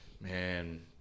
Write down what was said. man